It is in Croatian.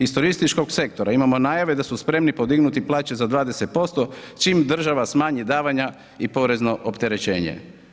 Iz turističkog sektora imamo najave da su spremni podignuti plaće za 20% čim država smanji davanja i porezno opterećenje.